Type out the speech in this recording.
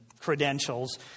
credentials